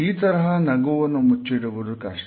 ಈ ತರಹ ನಗುವನ್ನು ಮುಚ್ಚಿಡುವುದು ಕಷ್ಟ